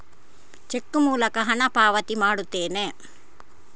check ಮೂಲಕ ಹಣ ಪಾವತಿ ಮಾಡುತ್ತೇನೆ